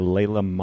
Layla